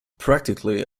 practically